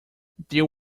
there